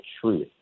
truth